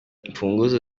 imfunguzo